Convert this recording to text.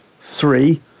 three